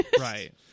Right